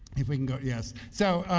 if we could go yes. so,